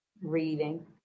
Reading